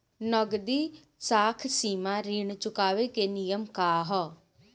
नगदी साख सीमा ऋण चुकावे के नियम का ह?